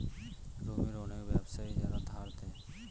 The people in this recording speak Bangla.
রোমের অনেক ব্যাবসায়ী যারা ধার দেয়